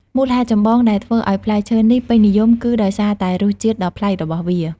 មូលហេតុចម្បងដែលធ្វើឱ្យផ្លែឈើនេះពេញនិយមគឺដោយសារតែរសជាតិដ៏ប្លែករបស់វា។